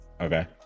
okay